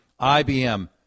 IBM